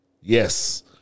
Yes